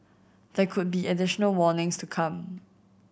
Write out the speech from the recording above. there could be additional warnings to come